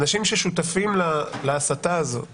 האנשים ששותפים להסתה הזאת